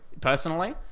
Personally